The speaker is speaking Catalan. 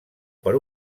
per